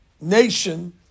nation